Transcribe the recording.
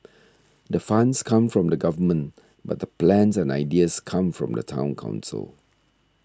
the funds come from the Government but the plans and ideas come from the Town Council